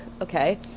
Okay